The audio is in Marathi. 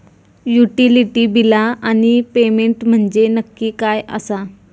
युटिलिटी बिला आणि पेमेंट म्हंजे नक्की काय आसा?